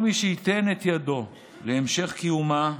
כל מי שייתן את ידו להמשך קיומה,